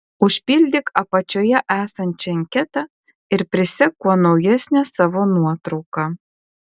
užpildyk apačioje esančią anketą ir prisek kuo naujesnę savo nuotrauką